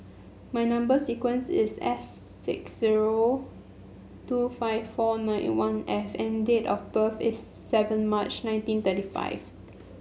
my number sequence is S six zero two five four nine one F and date of birth is seven March nineteen thirty five